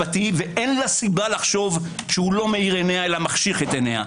ואין לה סיבה לחשוב שהוא לא מאיר עיניה אלא מחשיך את עיניה.